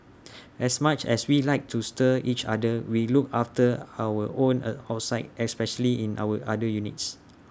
as much as we like to stir each other we look after our own A outside especially in our other units